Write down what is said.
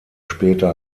später